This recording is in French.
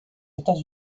états